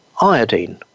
iodine